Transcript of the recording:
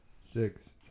six